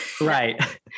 Right